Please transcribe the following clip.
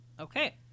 Okay